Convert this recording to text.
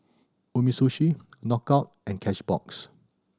Umisushi Knockout and Cashbox